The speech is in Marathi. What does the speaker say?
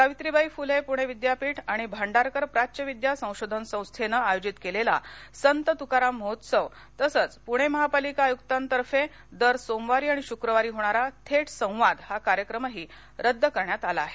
सावित्रीबाई फुले पुणे विद्यापीठ आणि भांडारकर प्राच्यविद्या संशोधन संस्थेनं आयोजित केलेला संत तुकाराम महोत्सव तसंच पूणे महापालिका आयुक्तांतर्फे दर सोमवारी आणि शुक्रवारी होणारा थेट संवाद हा कार्यक्रमही रद्द करण्यात आला आहे